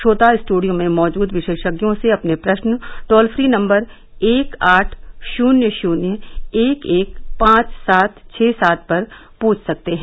श्रोता स्ट्रेडियों में मौजूद विशेषज्ञों से अपने प्रश्न टोल फ्री नम्बर एक आठ शून्य शून्य एक एक पांच सात छः सात पर पूछ सकते हैं